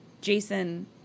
Jason